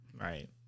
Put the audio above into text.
Right